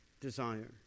desire